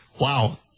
Wow